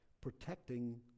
protecting